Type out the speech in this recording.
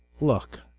look